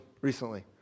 recently